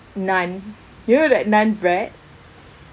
naan you know that naan bread